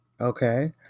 okay